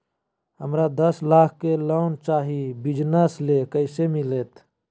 हमरा दस लाख के लोन चाही बिजनस ले, कैसे मिलते?